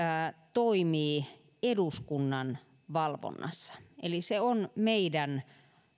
toimii eduskunnan valvonnassa eli se on meidän